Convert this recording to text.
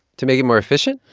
to make it more efficient?